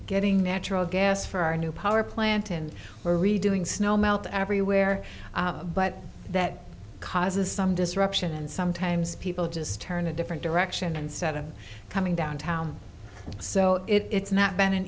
getting natural gas for our new power plant and are redoing snow melt everywhere but that causes some disruption and sometimes people just turn a different direction and said i'm coming downtown so it's not been an